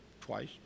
twice